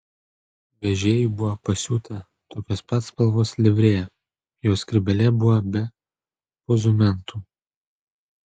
vežėjui buvo pasiūta tokios pat spalvos livrėja jo skrybėlė buvo be pozumentų